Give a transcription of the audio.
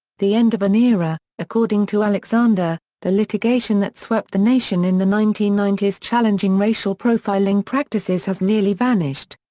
the end of an era according to alexander, the litigation that swept the nation in the nineteen ninety s challenging racial profiling practices has nearly vanished.